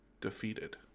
defeated